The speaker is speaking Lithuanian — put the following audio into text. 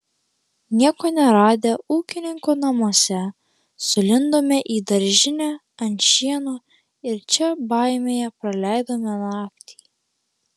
nieko neradę ūkininko namuose sulindome į daržinę ant šieno ir čia baimėje praleidome naktį